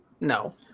No